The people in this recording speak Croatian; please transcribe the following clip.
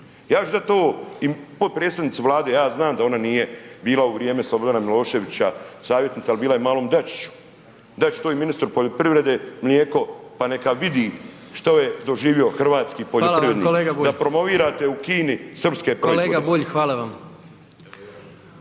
Ja ću dati ovo i potpredsjednici Vlade, ja znam da ona nije bila u vrijeme Slobodana Miloševića savjetnica, ali bila je malom Dačiću. Dati ću to ministru poljoprivrede, mlijeko, pa neka vidi što je doživio hrvatski poljoprivrednik. Da promovirate u Kini srpske proizvode.